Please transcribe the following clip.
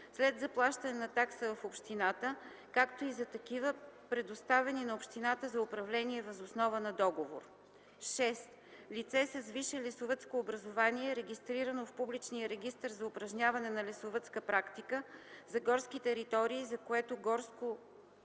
след заплащане на такса в общината, както и за такива, предоставени на общината за управление въз основа на договор; 6. лице с висше лесовъдско образование, регистрирано в публичния регистър за упражняване на лесовъдска практика – за горски територии, за което горско